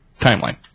timeline